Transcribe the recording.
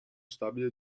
stabile